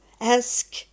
ask